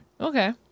Okay